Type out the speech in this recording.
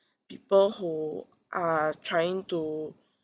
people who are trying to